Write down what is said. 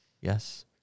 Yes